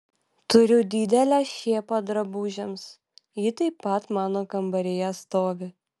turiu didelę šėpą drabužiams ji taip pat mano kambaryje stovi